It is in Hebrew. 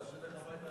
החוק.